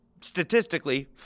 statistically